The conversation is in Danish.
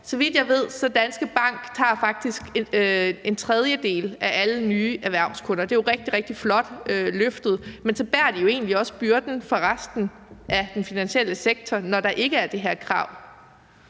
Så vidt jeg ved, tager Danske Bank faktisk en tredjedel af alle nye erhvervskunder. Det er jo rigtig, rigtig flot løftet, men så bærer de jo egentlig også byrden for resten af den finansielle sektor, når der ikke er det her krav.